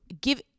give